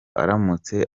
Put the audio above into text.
aramutse